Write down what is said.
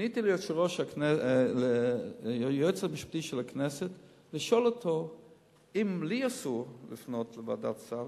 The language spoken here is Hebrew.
פניתי ליועץ המשפטי של הכנסת לשאול אותו אם לי אסור לפנות לוועדת הסל,